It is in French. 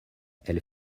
elle